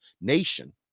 nation